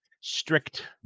strict